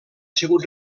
sigut